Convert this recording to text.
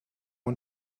und